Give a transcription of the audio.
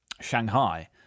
Shanghai